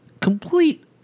complete